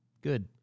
good